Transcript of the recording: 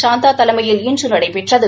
சாந்தா தலைமையில் இன்று நடைபெற்றது